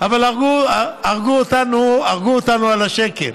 אבל הרגו אותנו על השקל.